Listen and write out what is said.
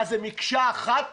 מה זה מקשה אחת?